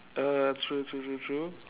uh true true true true